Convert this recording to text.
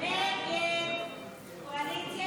הסתייגות 130 לא נתקבלה.